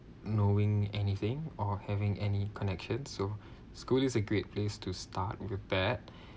knowing anything or having any connection so school is a great place to start with that